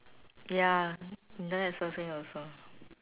ya that's something also